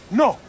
no